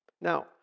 Now